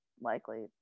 likely